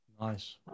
Nice